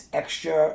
extra